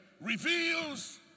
reveals